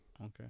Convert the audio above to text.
Okay